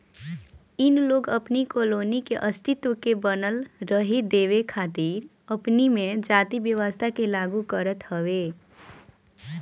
इ लोग अपनी कॉलोनी के अस्तित्व के बनल रहे देवे खातिर अपनी में जाति व्यवस्था के लागू करत हवे